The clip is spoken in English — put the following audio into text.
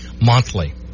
monthly